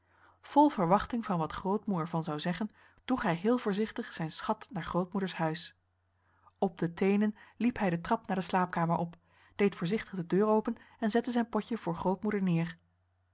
vol verwachting van wat grootmoe er van zou zeggen droeg hij heel voorzichtig zijn schat naar grootmoeders huis op de teenen liep hij de trap naar de slaapkamer op deed voorzichtig de deur open en zette zijn potje voor grootmoeder neer